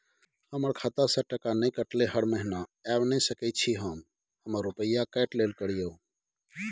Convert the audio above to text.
हमर खाता से टका नय कटलै हर महीना ऐब नय सकै छी हम हमर रुपिया काइट लेल करियौ?